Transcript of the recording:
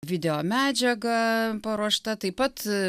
video medžiaga paruošta taip pat